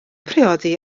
priodi